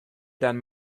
dann